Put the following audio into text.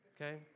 okay